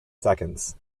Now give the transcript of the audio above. seconds